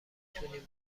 تونیم